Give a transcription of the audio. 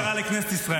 הבעיה זאת כריזמה?